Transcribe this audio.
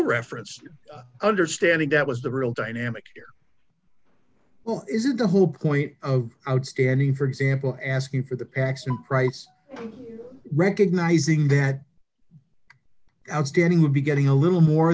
reference understanding that was the real dynamic here well isn't the whole point of outstanding for example asking for the paxton price recognizing that outstanding would be getting a little more